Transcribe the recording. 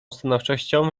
stanowczością